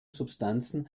substanzen